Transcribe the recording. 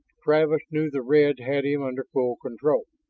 travis knew the red had him under full control.